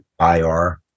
IR